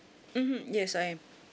mmhmm yes I am